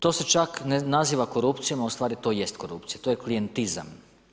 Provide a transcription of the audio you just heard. To se čak ne naziva korupcijom, a ustvari to je korupcija, to je klijentizam.